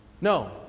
No